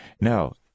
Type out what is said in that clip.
Now